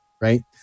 right